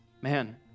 man